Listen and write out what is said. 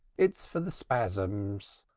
it's for the spasms.